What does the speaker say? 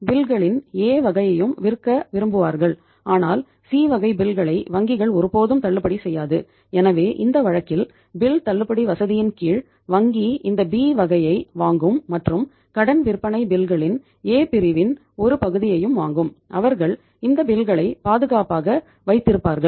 பில்களின் பாதுகாப்பாக வைத்திருப்பார்கள்